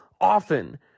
often